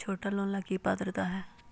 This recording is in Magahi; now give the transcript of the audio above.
छोटा लोन ला की पात्रता है?